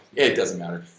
it doesn't matter.